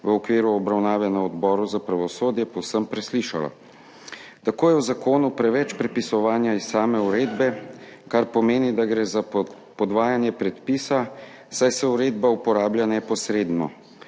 v okviru obravnave na Odboru za pravosodje povsem preslišala. Tako je v zakonu preveč prepisovanja iz same uredbe, kar pomeni, da gre za podvajanje predpisa, saj se uredba uporablja neposredno.